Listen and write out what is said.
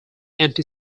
anti